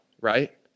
right